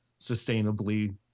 sustainably